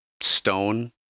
stone